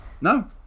No